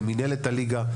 למנהלת הליגה,